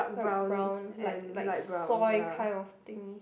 light brown like like soil kind of thingy